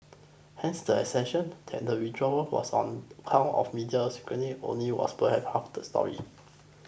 hence the assertion that the withdrawal was on account of media scrutiny only was perhaps half the story